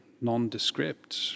nondescript